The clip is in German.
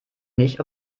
nicht